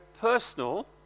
personal